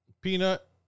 Peanut